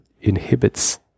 inhibits